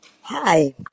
Hi